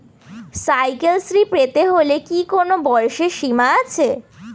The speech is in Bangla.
সাইকেল শ্রী পেতে হলে কি কোনো বয়সের সীমা আছে?